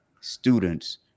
students